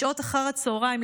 בשעות אחר הצוהריים,